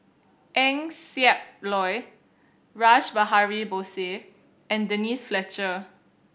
Eng Siak Loy Rash Behari Bose and Denise Fletcher